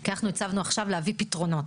כי אנחנו הצבנו עכשיו להביא פתרונות.